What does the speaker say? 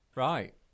Right